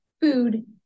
food